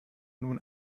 nun